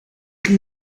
chi